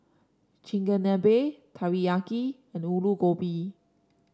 Chigenabe Teriyaki Alu Gobi